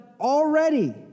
already